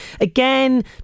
Again